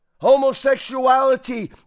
Homosexuality